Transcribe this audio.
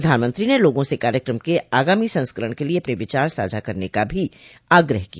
प्रधानमंत्री ने लोगों से कार्यक्रम के आगामी संस्करण के लिए अपने विचार साझा करने का भी आग्रह किया